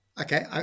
Okay